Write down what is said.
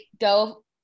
go